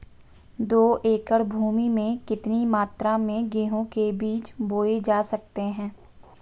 दो एकड़ भूमि में कितनी मात्रा में गेहूँ के बीज बोये जा सकते हैं?